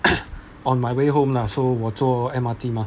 on my way home lah so 我坐 M_R_T 吗